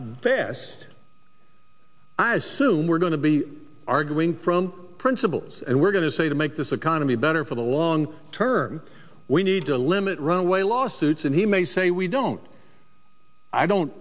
fast i assume we're going to be arguing from principles and we're going to say to make this economy better for the long term we need to limit runaway lawsuits and he may say we don't i don't